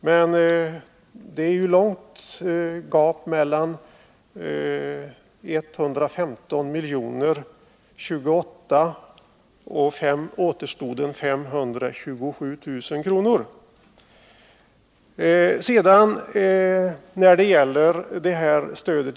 Men även om man drar bort dessa 28 milj.kr. från de 115 milj.kr. är gapet stort till de 527 000 kr. som återstår.